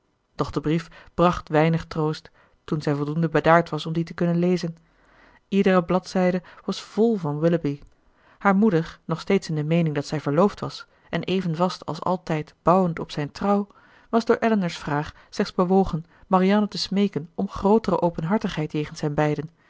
doch de brief bracht weinig troost toen zij voldoende bedaard was om dien te kunnen lezen iedere bladzijde was vol van willoughby haar moeder nog steeds in de meening dat zij verloofd was en even vast als altijd bouwend op zijn trouw was door elinor's vraag slechts bewogen marianne te smeeken om grootere openhartigheid jegens hen beiden